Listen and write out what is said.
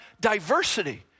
diversity